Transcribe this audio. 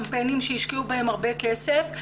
קמפיינים שהשקיעו בהם הרבה כסף,